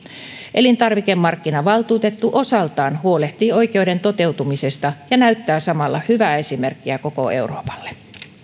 elintarvikemarkkinavaltuutettu osaltaan huolehtii oikeuden toteutumisesta ja näyttää samalla hyvää esimerkkiä koko euroopalle